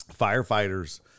firefighters